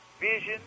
vision